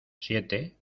siete